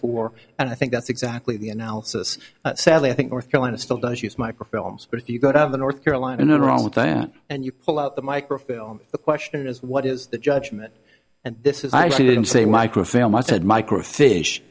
for and i think that's exactly the analysis sadly i think north carolina still does use microfilms but if you go to the north carolina no wrong with that and you pull out the microfilm the question is what is the judgment and this is i didn't say microfilm i said micro fish